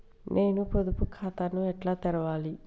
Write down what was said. నేను పొదుపు ఖాతాను ఎట్లా తెరవాలి?